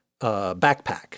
backpack